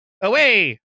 Away